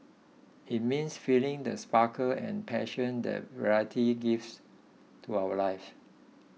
it means feeling the sparkle and passion that variety gives to our lives